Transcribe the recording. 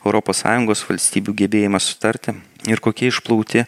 europos sąjungos valstybių gebėjimas sutarti ir kokie išplauti